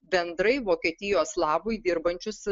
bendrai vokietijos labui dirbančius